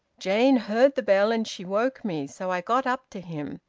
jane heard the bell, and she woke me. so i got up to him.